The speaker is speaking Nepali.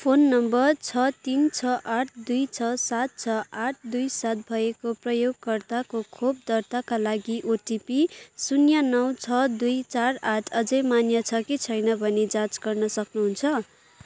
फोन नम्बर छ तिन छ आठ दुई छ सात छ आठ दुई सात भएको प्रयोगकर्ताको खोप दर्ताका लागि ओटिपी शून्य नौ छ दुई चार आठ अझै मान्य छ कि छैन भनी जाँच गर्न सक्नुहुन्छ